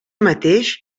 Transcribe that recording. mateix